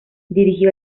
dirigió